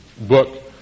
book